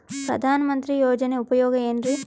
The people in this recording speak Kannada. ಪ್ರಧಾನಮಂತ್ರಿ ಯೋಜನೆ ಉಪಯೋಗ ಏನ್ರೀ?